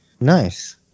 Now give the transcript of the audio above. Nice